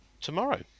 tomorrow